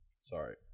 Sorry